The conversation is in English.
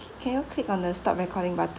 can you click on the stop recording button